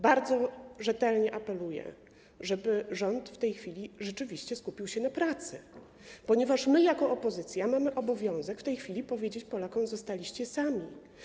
Bardzo rzetelnie apeluję, żeby rząd w tej chwili rzeczywiście skupił się na pracy, ponieważ my jako opozycja mamy obowiązek w tej chwili powiedzieć Polakom: Zostaliście sami.